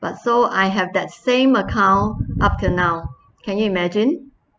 but so I have that same account up to now can you imagine